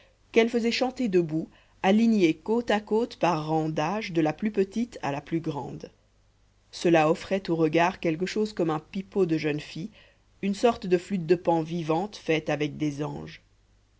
qu'elle faisait chanter debout alignées côte à côte par rang d'âge de la plus petite à la plus grande cela offrait aux regards quelque chose comme un pipeau de jeunes filles une sorte de flûte de pan vivante faite avec des anges